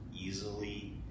easily